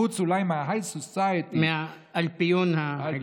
אולי חוץ מההיי-סוסייטי מהאלפיון העליון.